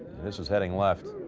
this is heading left.